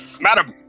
madam